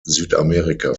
südamerika